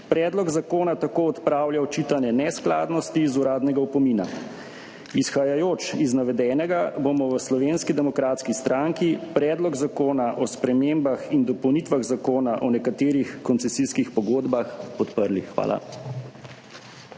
Predlog zakona tako odpravlja očitane neskladnosti iz uradnega opomina. Izhajajoč iz navedenega, bomo v Slovenski demokratski stranki Predlog zakona o spremembah in dopolnitvah Zakona o nekaterih koncesijskih pogodbah podprli. Hvala.